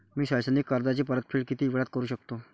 मी शैक्षणिक कर्जाची परतफेड किती वेळात करू शकतो